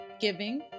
giving